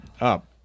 up